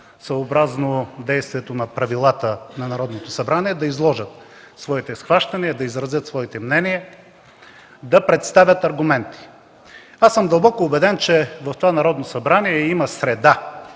съобразно действията на правилата на Народното събрание, да изложат своите схващания, да изразят своите мнения, да представят аргументи. Аз съм дълбоко убеден, че в това Народно събрание има среда,